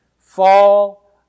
fall